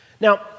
Now